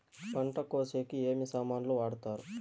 పంట కోసేకి ఏమి సామాన్లు వాడుతారు?